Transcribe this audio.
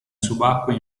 subacquea